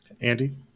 Andy